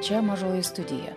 čia mažoji studija